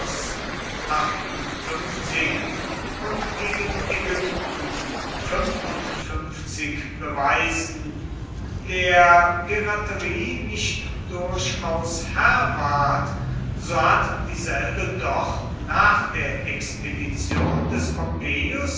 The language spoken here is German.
und gegen ägypten beweisen der piraterie nicht durchaus herr ward so hat dieselbe doch nach der expedition des pompeius